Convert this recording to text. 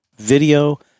video